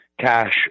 cash